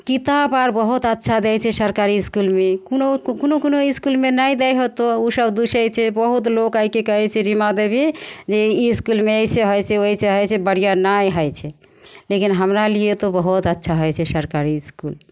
किताब आओर बहुत अच्छा दै छै सरकारी इसकुलमे कोनो कोनो कोनो इसकुलमे नहि दै होतऽ ओसब दुसै छै बहुत लोक आइके कहै छै रीमादेवी जे ई इसकुलमे अइसे होइ छै ओइसे होइ छै बढ़िआँ नहि होइ छै लेकिन हमरा लिए तऽ बहुत अच्छा होइ छै सरकारी इसकुल